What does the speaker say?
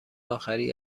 آخری